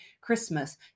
Christmas